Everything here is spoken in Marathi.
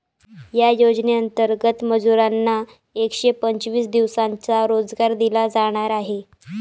या योजनेंतर्गत मजुरांना एकशे पंचवीस दिवसांचा रोजगार दिला जाणार आहे